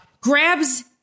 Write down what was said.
grabs